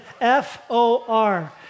F-O-R